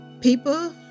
people